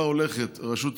רשות המים,